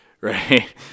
Right